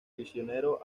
prisionero